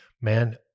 Man